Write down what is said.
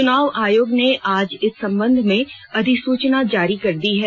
चुनाव आयोग ने आज इस सम्बन्ध में अधिसुचना जारी कर दी है